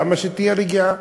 למה שתהיה רגיעה?